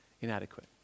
inadequate